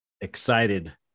excited